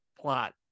plot